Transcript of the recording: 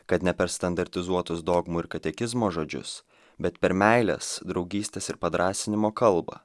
kad ne per standartizuotus dogmų ir katekizmo žodžius bet per meilės draugystės ir padrąsinimo kalbą